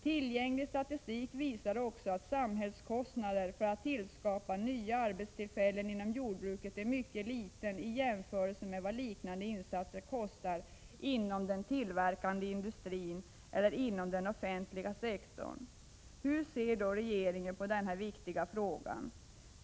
Tillgänglig statistik visar också att samhällskostnaden för att tillskapa nya arbetstillfällen inom jordbruket är mycket liten i jämförelse med vad liknande insatser kostar inom den tillverkande industrin eller inom den offentliga sektorn. Hur ser då regeringen på denna viktiga fråga?